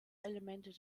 elemente